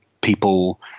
people